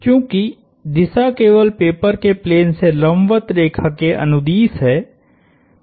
चूँकि दिशा केवल पेपर के प्लेन से लंबवत रेखा के अनुदिश है